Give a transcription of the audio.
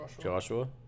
Joshua